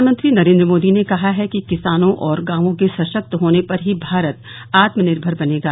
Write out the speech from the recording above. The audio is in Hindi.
प्रधानमंत्री नरेन्द्र मोदी ने कहा है कि किसानों और गांवों के सशक्त होने पर ही भारत आत्मनिर्भर बनेगा